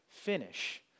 finish